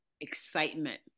excitement